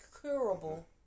curable